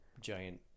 giant